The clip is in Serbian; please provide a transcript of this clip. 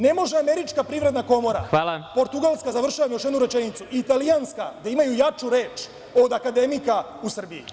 Ne može američka Privredna komora, portugalska, završavam, još jednu rečenicu, italijanska da imaju jaču reč od akademika u Srbiji.